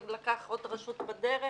לקח עוד רשות בדרך